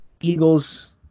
eagles